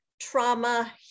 Trauma